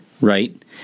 right